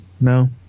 no